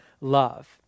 love